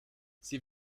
sie